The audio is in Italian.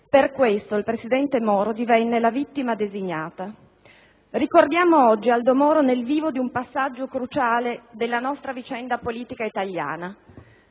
Paese, il presidente Moro divenne la vittima designata. Ricordiamo oggi Aldo Moro nel vivo di un passaggio cruciale della nostra vicenda politica italiana.